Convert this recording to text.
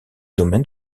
domaine